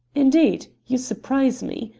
indeed! you surprise me.